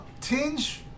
tinge